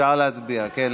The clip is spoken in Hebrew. אפשר להצביע, כן.